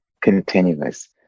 continuous